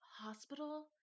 hospital